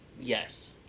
yes